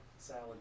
Salad